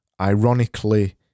ironically